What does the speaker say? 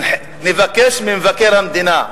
נבקש ממבקר המדינה,